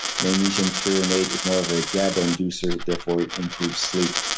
magnesium threonate is more of a gaba inducer therefore it improves sleep.